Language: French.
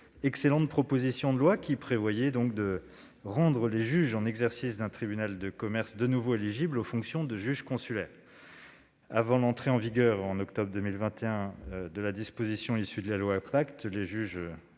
excellente proposition, prévoyant de rendre les juges en exercice d'un tribunal de commerce de nouveau éligibles aux fonctions de juges consulaires. Avant l'entrée en vigueur, en octobre 2021, d'une disposition issue de la loi Pacte, les juges